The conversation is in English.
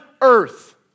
earth